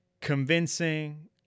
convincing